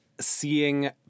seeing